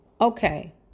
Okay